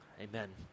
Amen